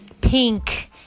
Pink